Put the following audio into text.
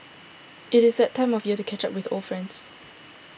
it is that time of year to catch up with old friends